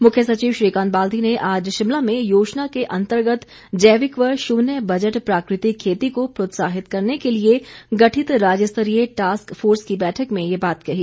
मुख्य सचिव श्रीकांत बाल्दी ने आज शिमला में योजना के अंतर्गत जैविक व शून्य बजट प्राकृतिक खेती को प्रोत्साहित करने के लिए गठित राज्य स्तरीय टास्क फोर्स की बैठक में ये बात कही